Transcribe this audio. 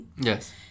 Yes